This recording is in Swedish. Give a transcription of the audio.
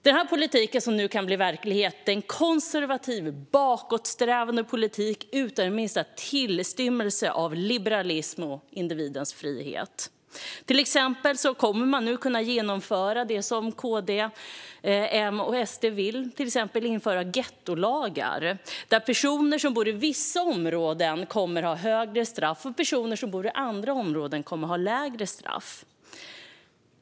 Den politik som nu kan bli verklighet är en konservativ, bakåtsträvande politik utan den minsta tillstymmelse till liberalism och individens frihet. Till exempel kommer man nu, som KD, M och SD vill, att kunna införa gettolagar, så att personer som bor i vissa områden kommer att få hårdare straff och personer som bor i andra områden kommer att få mildare.